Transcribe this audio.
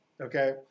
okay